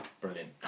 Brilliant